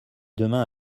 demain